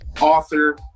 author